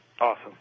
Awesome